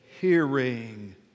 hearing